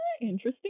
interesting